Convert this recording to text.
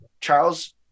Charles